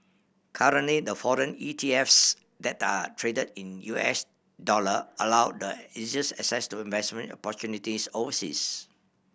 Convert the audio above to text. currently the foreign E T Fs that are traded in U S dollar allow the easiest access to investment opportunities overseas